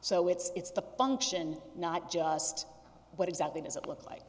so it's the function not just what exactly does it look like